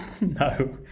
No